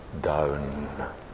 down